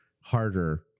harder